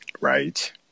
Right